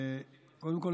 קודם כול,